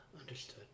Understood